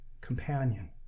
companion